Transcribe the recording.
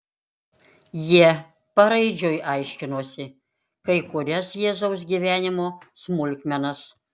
jie paraidžiui aiškinosi kai kurias jėzaus gyvenimo smulkmenas